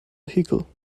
vehicle